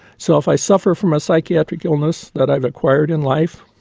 so if i suffer from a psychiatric illness that i've acquired in life,